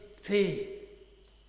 faith